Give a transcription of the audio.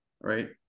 right